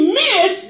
miss